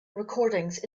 recordings